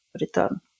return